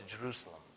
Jerusalem